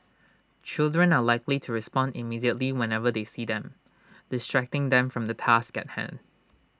children are likely to respond immediately whenever they see them distracting them from the task at hand